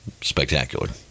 spectacular